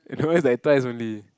no it's like twice only